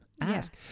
ask